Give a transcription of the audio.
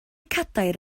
cadair